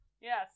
Yes